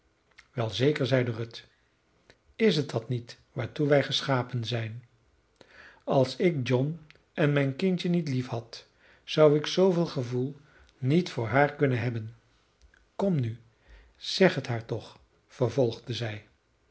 wel zeker zeide ruth is het dat niet waartoe wij geschapen zijn als ik john en mijn kindje niet liefhad zou ik zooveel gevoel niet voor haar kunnen hebben kom nu zeg het haar toch vervolgde zij